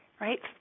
right